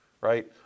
right